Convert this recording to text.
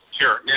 Sure